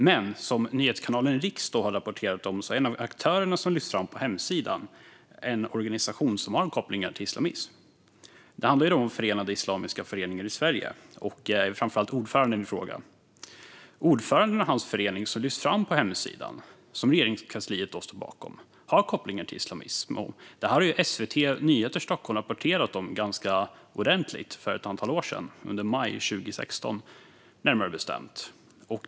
Men som nyhetskanalen Riks har rapporterat om är en av aktörerna som lyfts fram på hemsidan en organisation som har kopplingar till islamism. Det handlar om Förenade Islamiska Föreningar i Sverige och framför allt dess ordförande. Ordföranden och hans förening som lyfts fram på hemsidan, som Regeringskansliet står bakom, har kopplingar till islamism. Detta har SVT Nyheter Stockholm rapporterat om ganska ordentligt för ett antal år sedan, närmare bestämt under maj 2016.